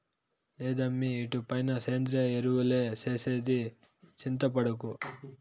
లేదమ్మీ ఇటుపైన సేంద్రియ ఎరువులే ఏసేది చింతపడకు